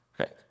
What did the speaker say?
Okay